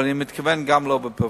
אבל אני מתכוון גם לא בפריפריה.